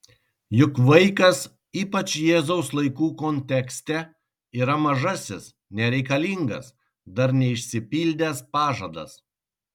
juk vaikas ypač jėzaus laikų kontekste yra mažasis nereikalingas dar neišsipildęs pažadas